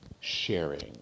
sharing